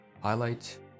highlight